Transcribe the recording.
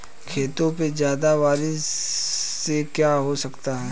खेतों पे ज्यादा बारिश से क्या हो सकता है?